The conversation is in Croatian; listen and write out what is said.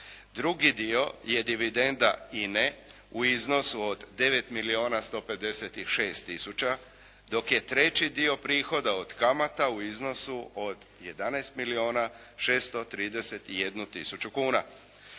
Drugi dio je dividenda Ine u iznosu od 9 milijuna 156 tisuća dok je treći dio prihoda od kamata u iznosu od 11 milijuna 631 tisuću kuna.